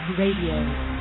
radio